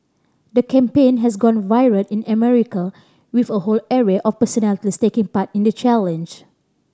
the campaign has gone viral in America with a whole array of personalities taking part in the challenge